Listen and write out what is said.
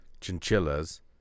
Chinchillas